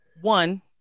one